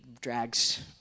drags